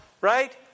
Right